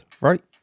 right